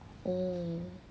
oh